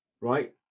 right